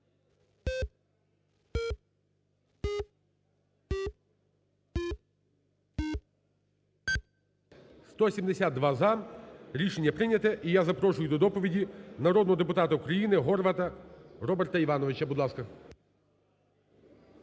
За-172 Рішення прийнято. І я запрошую до доповіді народного депутата України Горвата Роберта Івановича, будь ласка.